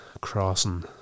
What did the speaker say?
crossing